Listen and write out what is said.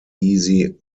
easy